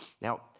Now